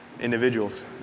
Individuals